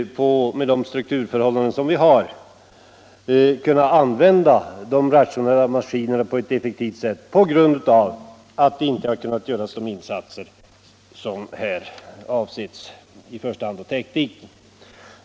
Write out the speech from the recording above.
Med de strukturförhållanden vi har i dag är det ofta helt omöjligt att använda stora maskiner på ett effektivt sätt, därför att vederbörande jordbrukare inte har kunnat företa de åtgärder som behövs härför, i första hand då täckdikning.